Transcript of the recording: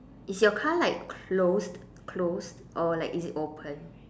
is your car like closed closed or like is it open